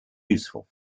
useful